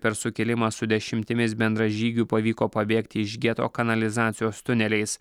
per sukilimą su dešimtimis bendražygių pavyko pabėgti iš geto kanalizacijos tuneliais